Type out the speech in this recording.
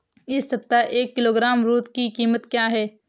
इस सप्ताह एक किलोग्राम अमरूद की कीमत क्या है?